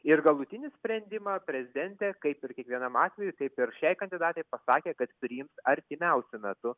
ir galutinį sprendimą prezidentė kaip ir kiekvienam atvejui taip ir šiai kandidatei pasakė kad priims artimiausiu metu